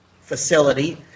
facility